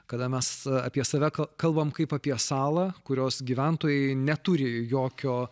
kada mes apie save kalbam kaip apie salą kurios gyventojai neturi jokio